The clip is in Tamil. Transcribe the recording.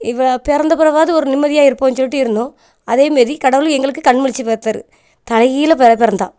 இவள் பிறந்த பிறகாவது ஒரு நிம்மதியாக இருப்போன்னு சொல்லிட்டு இருந்தோம் அதே மாரி கடவுள் எங்களுக்கு கண் முழித்து பார்த்தாரு தலைகீழா பெற பிறந்தா